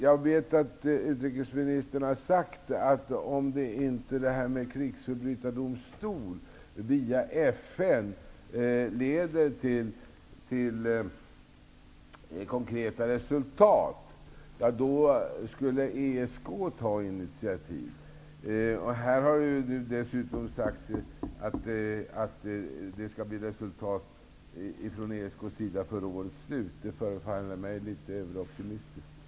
Jag vet att utrikesministern har sagt att om inte en krigsförbrytardomstol via FN leder till konkreta resultat, då skulle ESK ta initiativ. Här har det dessutom sagts att det skall bli resultat från ESK:s sida redan före årets slut. Det förefaller mig litet överoptimistiskt.